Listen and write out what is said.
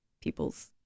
people's